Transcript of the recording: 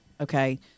Okay